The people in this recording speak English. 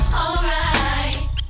alright